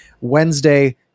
Wednesday